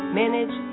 manage